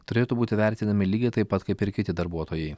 turėtų būti vertinami lygiai taip pat kaip ir kiti darbuotojai